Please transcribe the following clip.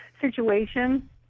situation